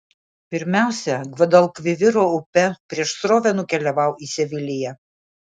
pirmiausia gvadalkviviro upe prieš srovę nukeliavau į seviliją